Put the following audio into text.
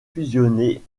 fusionnée